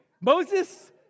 Moses